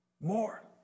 more